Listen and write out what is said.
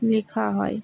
লেখা হয়